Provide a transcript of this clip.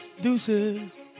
Deuces